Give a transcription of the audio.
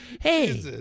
Hey